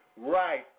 right